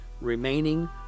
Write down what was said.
remaining